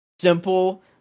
simple